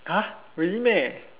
really